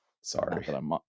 sorry